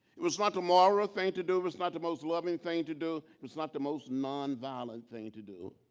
it was not the moral thing to do, it was not the most loving thing to do, it was not the most nonviolent thing to do,